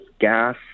gas